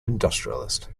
industrialist